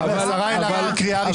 השרה אלהרר, קריאה ראשונה.